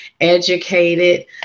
educated